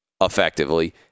effectively